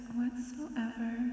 whatsoever